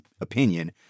opinion